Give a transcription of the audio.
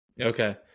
Okay